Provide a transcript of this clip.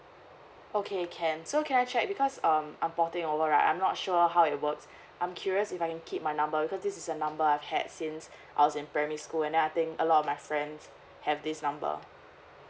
okay can so can I check because um I'm porting over right I'm not sure how it works I'm curious if I can keep my number because this is the number I've had since I was in primary school and then I think a lot of my friends have this number